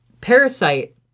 parasite